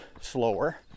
slower